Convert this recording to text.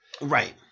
right